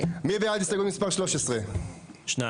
הסתייגות מספר 13. הצבעה בעד,